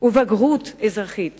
ובגרות אזרחית